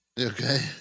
okay